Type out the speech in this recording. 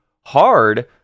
hard